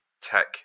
tech